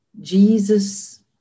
Jesus